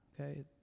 okay